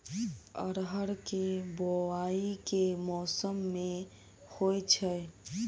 अरहर केँ बोवायी केँ मौसम मे होइ छैय?